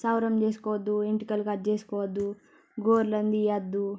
సవరం చేసుకోవద్దు ఎంటికలు కట్ చేసుకోవద్దు గోర్లను తియ్యద్దు